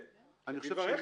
כן, לדבריך.